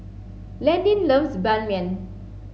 Landin loves Ban Mian